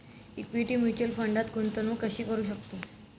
Equity mutual फंडात गुंतवणूक कशी करू शकतो?